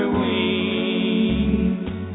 wings